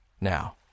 Now